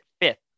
fifth